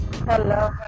Hello